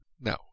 No